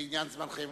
בעניין זמנכם.